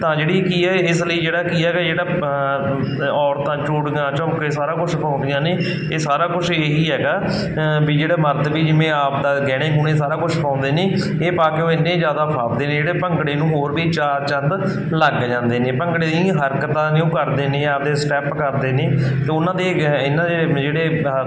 ਤਾਂ ਜਿਹੜੀ ਇਹ ਕੀ ਹੈ ਇਸ ਲਈ ਜਿਹੜਾ ਕੀ ਹੈਗਾ ਜਿਹੜਾ ਔਰਤਾਂ ਚੂੜੀਆਂ ਝੂੰਮਕੇ ਸਾਰਾ ਕੁਛ ਪਾਉਂਦੀਆਂ ਨੇ ਇਹ ਸਾਰਾ ਕੁਛ ਇਹੀ ਹੈਗਾ ਵੀ ਜਿਹੜਾ ਮਰਦ ਵੀ ਜਿਵੇਂ ਆਪਦਾ ਗਹਿਣੇ ਗੁਹਣੇ ਸਾਰਾ ਕੁਛ ਪਾਉਂਦੇ ਨੇ ਇਹ ਪਾ ਕੇ ਉਹ ਇੰਨੇ ਜ਼ਿਆਦਾ ਫੱਬਦੇ ਨੇ ਜਿਹੜੇ ਭੰਗੜੇ ਨੂੰ ਹੋਰ ਵੀ ਚਾਰ ਚੰਦ ਲੱਗ ਜਾਂਦੇ ਨੇ ਭੰਗੜੇ ਦੀਆਂ ਹਰਕਤਾਂ ਨੇ ਉਹ ਕਰਦੇ ਨੇ ਆਪਦੇ ਸਟੈਪ ਕਰਦੇ ਨੇ ਅਤੇ ਉਹਨਾਂ ਦੇ ਇਹਨਾਂ ਦੇ ਜਿਹੜੇ ਆਹਾ